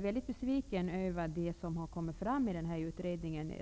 Jag är mycket besviken över vad som har kommit fram i denna utredning.